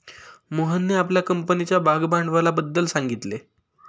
मोहनने आपल्या कंपनीच्या भागभांडवलाबद्दल सांगितले